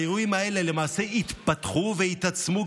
האירועים האלה התפתחו והתעצמו.